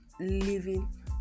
living